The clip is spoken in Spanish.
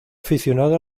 aficionado